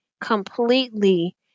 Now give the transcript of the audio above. completely